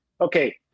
okay